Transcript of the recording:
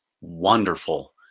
wonderful